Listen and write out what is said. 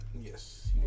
Yes